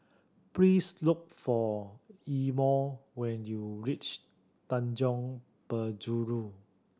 please look for Imo when you reach Tanjong Penjuru